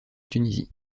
tunisie